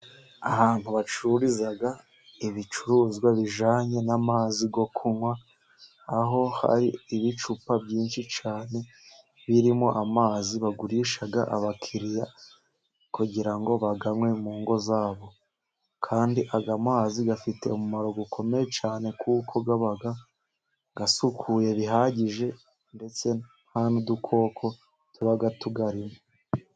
Ahantu bacururiza ibicuruzwa bijyananye n'amazi yo kunywa, aho hari ibicupa byinshi cyane birimo amazi bagurisha abakiriya kugirango bayanywe mu ngo zabo, kandi aya mazi afite umumaro ukomeye cyane kuko aba asukuye bihagije ndetse nta n'udukoko tuba turimo.